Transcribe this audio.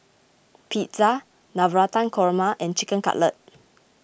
Pizza Navratan Korma and Chicken Cutlet